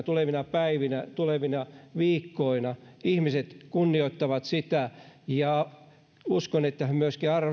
tulevina päivinä ja tulevina viikkoina ihmiset kunnioittavat sitä ja uskon että he myöskin